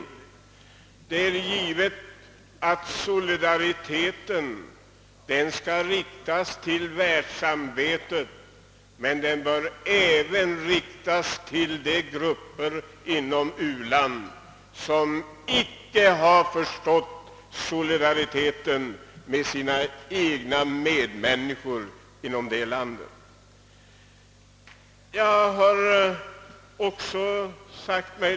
Det är givet att maningarna till solidaritet skall riktas till världssamvetet, men de bör även riktas till de grupper inom u-länderna som icke har förstått att visa solidaritet med medmänniskorna inom det egna landet.